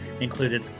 included